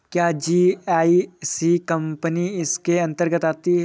क्या GIC company इसके अन्तर्गत आती है?